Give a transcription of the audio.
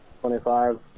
Twenty-five